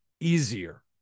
easier